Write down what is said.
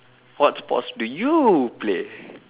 what sports do you play